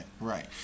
right